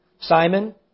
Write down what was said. Simon